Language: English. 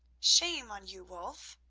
shame on you, wulf,